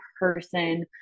person